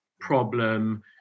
problem